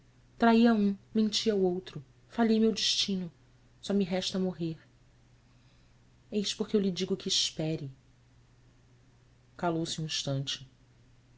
a um menti ao outro falhei meu destino só me resta morrer eis por que eu lhe digo que espere calou-se um instante